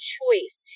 choice